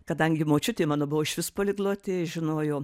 kadangi močiutė mano buvo išvis poliglotė žinojo